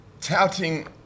Touting